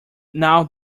now